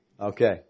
Okay